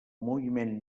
moviment